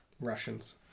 Russians